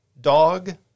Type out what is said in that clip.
dog